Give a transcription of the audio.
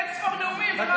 אין-ספור נאומים בוועדות שלך.